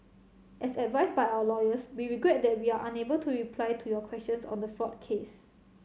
as advised by our lawyers we regret that we are unable to reply to your questions on the fraud case